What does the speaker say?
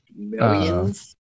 millions